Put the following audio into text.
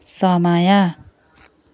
समय